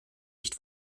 nicht